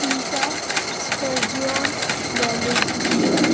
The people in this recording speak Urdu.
Isa Sturgeon valleys